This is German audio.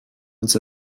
uns